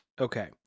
Okay